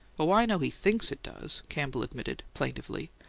oh, i know he thinks it does, campbell admitted, plaintively.